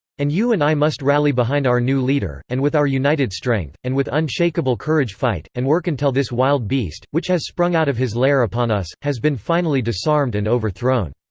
and you and i must rally behind our new leader, and with our united strength, and with unshakable courage fight, and work until this wild beast, which has sprung out of his lair upon us, has been finally disarmed and overthrown.